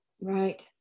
right